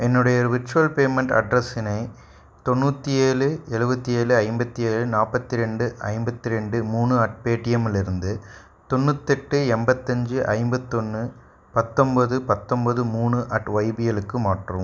என்னுடைய virtual payment அட்ரெஸினை தொண்ணுற்றி ஏழு எலுவத்தி ஏழு ஐம்பத்தி ஏழு நாற்பத்தி ரெண்டு ஐம்பத்து ரெண்டு மூணு அட் பேடிஎம்லிருந்து தொண்ணுத்தெட்டு எண்பத்தஞ்சி ஐம்பத்தொன்று பத்தொம்பது பத்தொம்பது மூணு அட் ஒய்பிஎல்க்கு மாற்றவும்